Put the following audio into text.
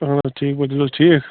اَہَن حظ ٹھیٖک پٲٹھۍ تُہۍ چھُو حظ ٹھیٖک